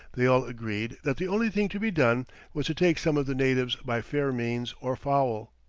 they all agreed that the only thing to be done was to take some of the natives by fair means or foul.